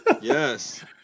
yes